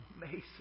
amazing